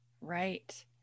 right